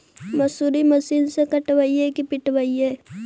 मसुरी मशिन से कटइयै कि पिटबै?